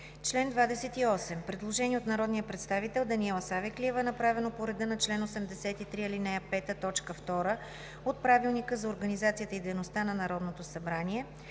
чл. 28 има предложение от народния представител Даниела Савеклиева, направено по реда на чл. 83, ал. 5, т. 2 от Правилника за организацията и дейността на Народното събрание.